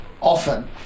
often